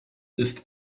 ist